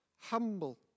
humble